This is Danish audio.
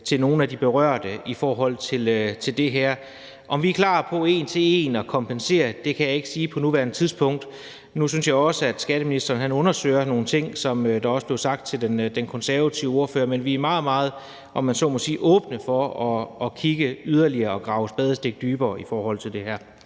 til nogle af dem, der bliver berørt af det her. Om vi er klar på at kompensere en til en, kan jeg ikke sige på nuværende tidspunkt, men skatteministeren undersøger nogle ting, som det også blev sagt til den konservative ordfører. Men vi er meget, meget, om man så må sige, åbne for at kigge yderligere på det og grave et spadestik dybere i det her.